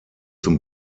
zum